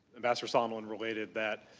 ambassador sondland related that